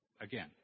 Again